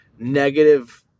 negative